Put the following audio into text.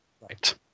Right